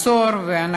בבית-העלמין הזה,